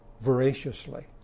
voraciously